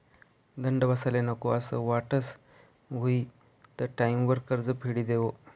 दंड बसाले नको असं वाटस हुयी त टाईमवर कर्ज फेडी देवो